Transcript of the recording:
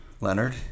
Leonard